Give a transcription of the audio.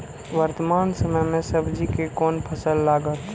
वर्तमान समय में सब्जी के कोन फसल लागत?